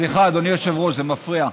סליחה, אדוני היושב-ראש, זה מפריע.